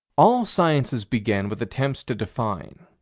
all sciences begin with attempts to define.